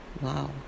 Wow